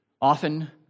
often